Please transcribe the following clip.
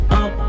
up